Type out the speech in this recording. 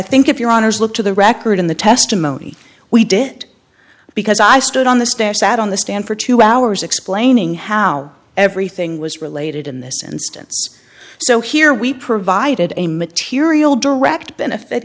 think if your honour's look to the record in the testimony we did it because i stood on the stairs sat on the stand for two hours explaining how everything was related in this instance so here we provided a material direct benefit